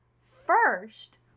first